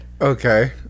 Okay